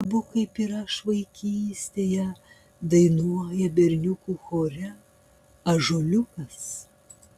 abu kaip ir aš vaikystėje dainuoja berniukų chore ąžuoliukas